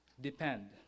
depend